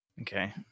Okay